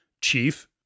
chief